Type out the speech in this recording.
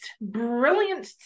brilliant